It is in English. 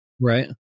Right